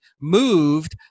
moved